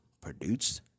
produced